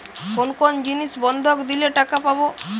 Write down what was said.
কোন কোন জিনিস বন্ধক দিলে টাকা পাব?